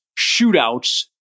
shootouts